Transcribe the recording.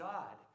God